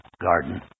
garden